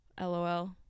LOL